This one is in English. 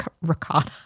ricotta